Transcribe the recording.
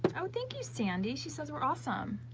oh thank you sandy, she says we're awesome.